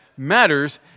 matters